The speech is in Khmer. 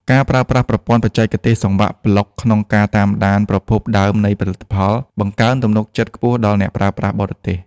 ការប្រើប្រាស់ប្រព័ន្ធបច្ចេកវិទ្យាសង្វាក់ប្លុកក្នុងការតាមដានប្រភពដើមនៃផលិតផល បង្កើនទំនុកចិត្តខ្ពស់ដល់អ្នកប្រើប្រាស់បរទេស។